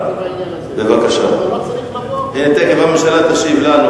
תיכף הממשלה תשיב לנו.